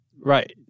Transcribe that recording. Right